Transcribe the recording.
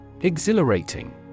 Exhilarating